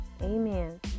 Amen